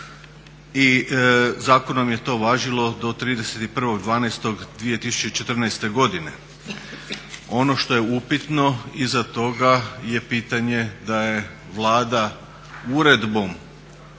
I zakonom je to važilo do 31.12.2014. godine. Ono što je upitno iza toga je pitanje da je Vlada uredbom